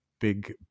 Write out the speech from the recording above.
big